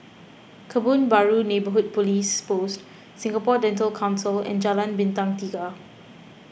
Kebun Baru Neighbourhood Police Post Singapore Dental Council and Jalan Bintang Tiga